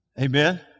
Amen